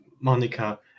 Monica